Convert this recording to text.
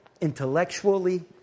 intellectually